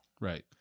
Right